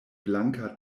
blanka